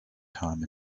time